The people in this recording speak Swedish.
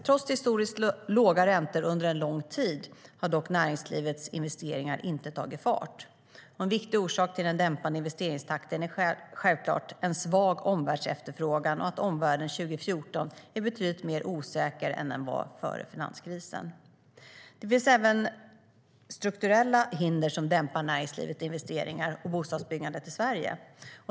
Trots historiskt låga räntor under en lång tid har näringslivets investeringar inte tagit fart. En viktig orsak till den dämpade investeringstakten är självklart en svag omvärldsefterfrågan och att omvärlden 2015 är betydligt mer osäker än den var före finanskrisen. Det finns även strukturella hinder som dämpar näringslivets investeringar och bostadsbyggandet i Sverige.